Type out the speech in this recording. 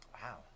Wow